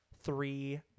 three